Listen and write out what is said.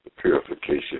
purification